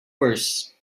worse